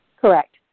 Correct